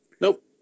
Nope